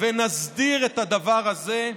ונסדיר את הדבר הזה.